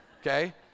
okay